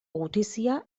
gutizia